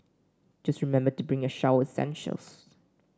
just remember to bring your shower essentials